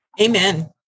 Amen